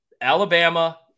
Alabama